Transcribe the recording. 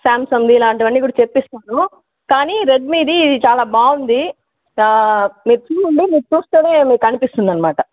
Samsung ఇలాంటివన్ని కూడా తెప్పిస్తాను కాని రెడ్మిది ఇది చాలా బాగుంది మీరు చూడండి మీరు చూస్తేనే మీకు అనిపిస్తుంది అనమాట